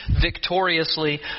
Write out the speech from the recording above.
victoriously